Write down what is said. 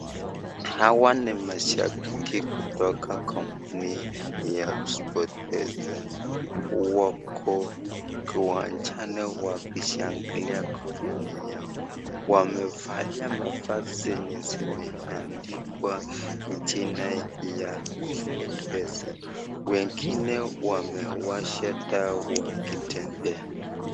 Hawa ni mashabiki kutoka kampuni ya Sport Pesa. Wako kiwanjani wakishangilia kampuni yao. Wamevalia mavazi zinazoandikwa jina ya Sport Pesa .Wengine wameasha taa wakitembea.